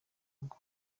ngo